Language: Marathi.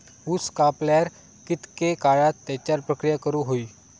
ऊस कापल्यार कितके काळात त्याच्यार प्रक्रिया करू होई?